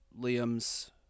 Liam's